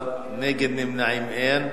בעד, 16, נגד ונמנעים, אין.